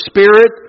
Spirit